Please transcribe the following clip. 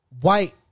white